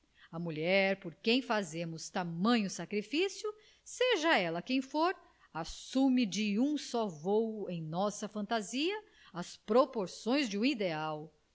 a mulher por quem fazemos tamanho sacrifício sela ela quem for assume de um só vôo em nossa fantasia as proporções de um ideal